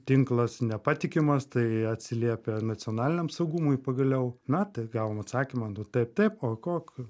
tinklas nepatikimas tai atsiliepia nacionaliniam saugumui pagaliau na tai gavom atsakymą nu taip taip ok ok